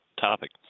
topic